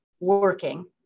working